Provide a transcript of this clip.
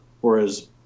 Whereas